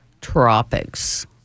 tropics